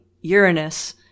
Uranus